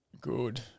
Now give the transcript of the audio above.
Good